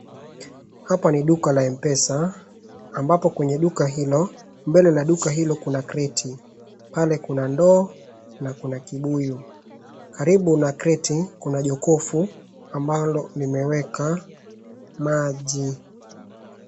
Hapa ni duka la M-pesa, ambapo kwenye duka hilo, mbele la duka hilo kuna kreti, pale kuna ndoo na kuna kibuyu. Karibu na kreti kuna jokofu ambalo limeweka maji.